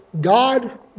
God